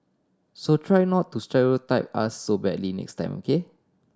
so try not to stereotype us so badly next time K